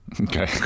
Okay